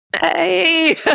Hey